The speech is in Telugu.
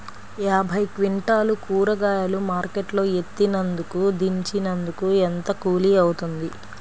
యాభై క్వింటాలు కూరగాయలు మార్కెట్ లో ఎత్తినందుకు, దించినందుకు ఏంత కూలి అవుతుంది?